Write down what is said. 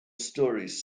stories